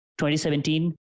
2017